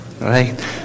right